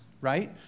right